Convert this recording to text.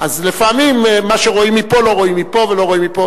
לפעמים מה שרואים מפה לא רואים מפה ולא רואים מפה.